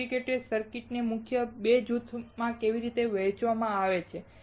integrated સર્કિટને 2 મુખ્ય જૂથમાં કેવી રીતે વહેંચવામાં આવે છે